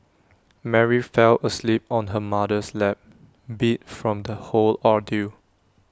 Mary fell asleep on her mother's lap beat from the whole ordeal